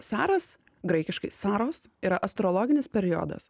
saras graikiškai saros yra astrologinis periodas